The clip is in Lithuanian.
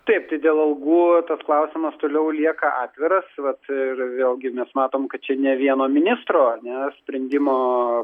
taip tai dėl algų tas klausimas toliau lieka atviras vat ir vėlgi mes matom kad čia ne vieno ministro ane sprendimo